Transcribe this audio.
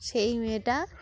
সেই মেয়েটা